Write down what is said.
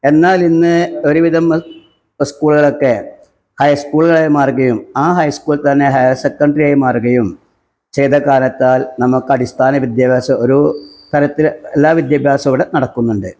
എന്നാല് ഇന്ന് ഒരു വിധം സ്കൂളുകളൊക്കെ ഹൈസ്കൂളുകളായി മാറുകയും ആ ഹൈസ്കൂൾ തന്നെ ഹയര്സെക്കന്ഡറിയായി മാറുകയും ചെയ്ത കാണത്താല് നമുക്ക് അടിസ്ഥാന വിദ്യാഭ്യാസം ഒരു തരത്തിൽ എല്ലാ വിദ്യാഭ്യാസവും ഇവിടെ നടക്കുന്നുണ്ട്